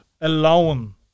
Alone